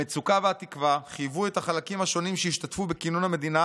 המצוקה והתקווה חייבו את החלקים השונים שהשתתפו בכינון המדינה